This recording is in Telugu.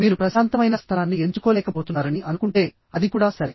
మీరు ప్రశాంతమైన స్థలాన్ని ఎంచుకోలేకపోతున్నారని అనుకుంటే అది కూడా సరే